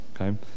okay